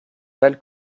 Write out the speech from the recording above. pâle